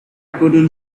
couldn’t